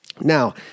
Now